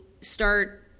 start –